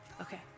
okay